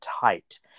tight